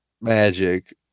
magic